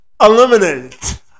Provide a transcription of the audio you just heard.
eliminate